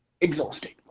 Exhausting